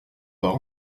par